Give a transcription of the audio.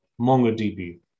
MongoDB